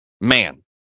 man